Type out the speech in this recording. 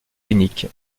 unique